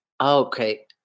Okay